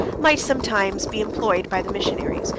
might sometimes be employed by the missionaries,